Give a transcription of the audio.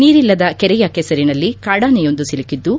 ನೀರಿಲ್ಲದ ಕೆರೆಯ ಕೆಸರಿನಲ್ಲಿ ಕಾಡಾನೆಯೊಂದು ಸಿಲುಕಿದ್ದು